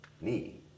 knee